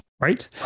right